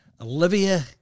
Olivia